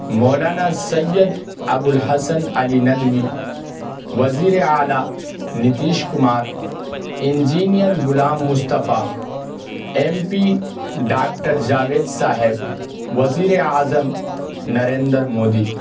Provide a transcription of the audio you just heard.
مولانا Syed Abul Ali Nadwi وزیر اعلیٰ Nitish Kumar engineer Ghulam Mustafa M P doctor Javed sahab وزیر اعظم نریندر مودی